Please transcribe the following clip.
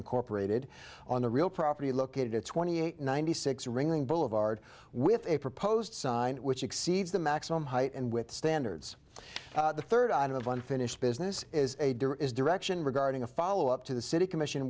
incorporated on the real property located at twenty eight ninety six ringing boulevard with a proposed sign which exceeds the maximum height and with standards the third item of unfinished business is a dear is direction regarding a follow up to the city commission